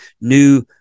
new